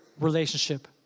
relationship